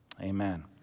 Amen